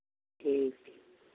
ठीक